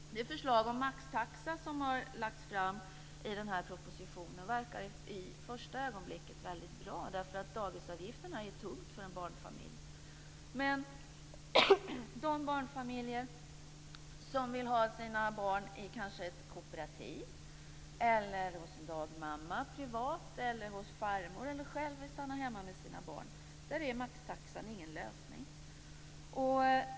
Det förslag om maxtaxa som har lagts fram i propositionen verkar vid första anblicken väldigt bra eftersom dagisavgifterna är tunga för en barnfamilj. Men för de barnfamiljer som vill ha sina barn i ett kooperativ eller privat hos en dagmamma eller hos farmor eller om man själv vill stanna hemma med sina barn är maxtaxan ingen lösning.